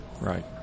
right